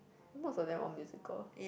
most of them all musical